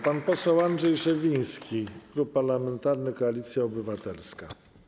Pan poseł Andrzej Szewiński, Klub Parlamentarny Koalicja Obywatelska.